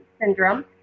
syndrome